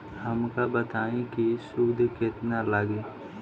हमका बताई कि सूद केतना लागी?